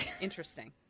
Interesting